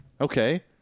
Okay